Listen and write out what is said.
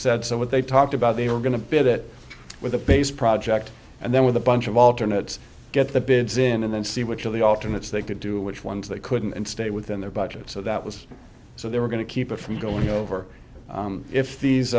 said so what they talked about they were going to bid it with a base project and then with a bunch of alternate get the bids in and then see which of the alternate if they could do which ones they could and stay within their budget so that was so they were going to keep it from going over if these